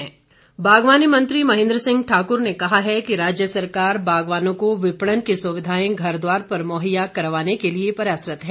महेन्द्र सिंह बागवानी मंत्री महेन्द्र सिंह ठाकुर ने कहा है कि राज्य सरकार बागवानों को विपणन की सुविधाएं घर द्वार पर मुहैया करवाने के लिए प्रयासरत्त है